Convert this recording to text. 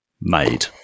made